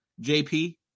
JP